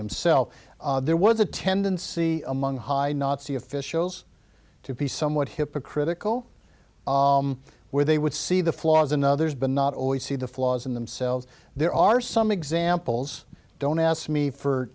himself there was a tendency among high nazi officials to be somewhat hypocritical where they would see the flaws in others but not always see the flaws in themselves there are some examples don't ask me for